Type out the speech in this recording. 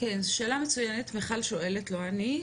שאלה מצוינת, מיכל שואלת, לא אני.